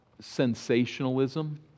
sensationalism